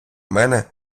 мене